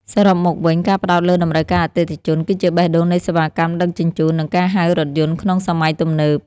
សរុបមកវិញ ការផ្ដោតលើតម្រូវការអតិថិជន គឺជាបេះដូងនៃសេវាកម្មដឹកជញ្ជូន និងការហៅរថយន្តក្នុងសម័យទំនើប។